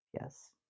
Yes